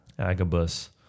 Agabus